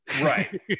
Right